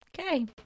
okay